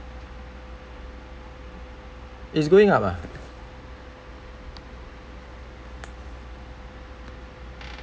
is going up ah